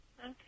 Okay